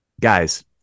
Guys